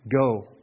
go